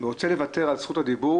רוצה לוותר על זכות הדיבור,